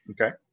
Okay